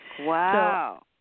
Wow